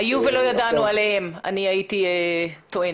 היו ולא ידענו עליהם, כך אני הייתי טוענת.